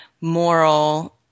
moral